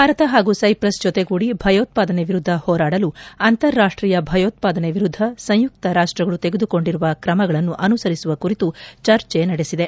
ಭಾರತ ಹಾಗೂ ಸೈಪ್ರಸ್ ಜೊತೆಗೂಡಿ ಭಯೋತ್ಪಾದನೆ ವಿರುದ್ಧ ಹೋರಾಡಲು ಅಂತಾರಾಷ್ಟೀಯ ಭಯೋತ್ಪಾದನೆ ವಿರುದ್ಧ ಸಂಯುಕ್ತ ರಾಷ್ಟಗಳು ತೆಗೆದುಕೊಂಡಿರುವ ಕ್ರಮಗಳನ್ನು ಅನುಸರಿಸುವ ಕುರಿತು ಚರ್ಚೆ ನಡೆಸಿದೆ